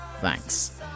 Thanks